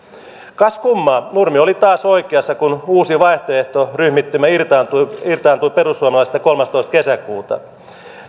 kas kummaa nurmi oli taas oikeassa kun uusi vaihtoehto ryhmittymä irtaantui irtaantui perussuomalaisista kolmastoista kesäkuuta